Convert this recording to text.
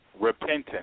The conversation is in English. Repentance